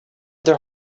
their